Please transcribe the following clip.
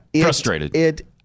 Frustrated